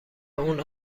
اون